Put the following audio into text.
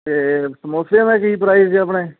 ਅਤੇ ਸਮੋਸਿਆਂ ਦਾ ਕੀ ਪ੍ਰਾਈਜ਼ ਜੀ ਆਪਣੇ